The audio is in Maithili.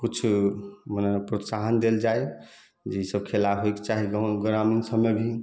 किछु मने प्रोत्साहन देल जाय जैसे खेला होइके चाही ग्रामीण सबमे भी